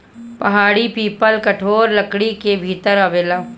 पहाड़ी पीपल कठोर लकड़ी के भीतर आवेला